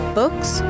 books